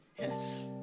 Yes